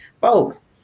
folks